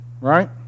Right